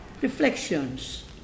reflections